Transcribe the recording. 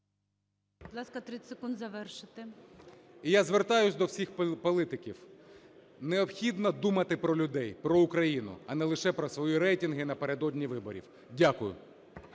я звертаюсь до всіх політиків. Необхідно думати про людей, про Україну, а не лише про свої рейтинги напередодні виборів. Дякую.